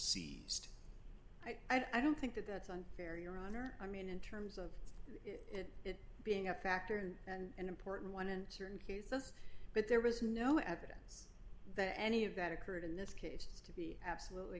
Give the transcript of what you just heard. seized i don't think that that's unfair your honor i mean in terms of it being a factor and and important one in certain cases but there was no evidence that any of that occurred in this case to be